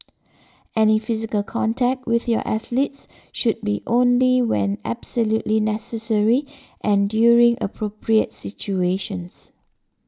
any physical contact with your athletes should be only when absolutely necessary and during appropriate situations